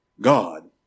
God